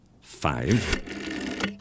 five